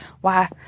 Why